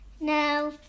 No